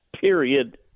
period